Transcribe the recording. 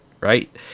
right